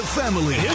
family